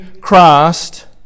Christ